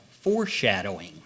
foreshadowing